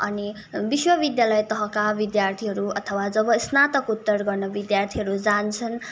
अनि विश्वविद्यालय तहका विद्यार्थीहरू अथवा जब स्नाकोत्तर गर्न विद्यार्थीहरू जान्छन्